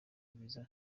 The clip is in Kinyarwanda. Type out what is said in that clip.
bwiza